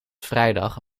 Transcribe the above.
vrijdag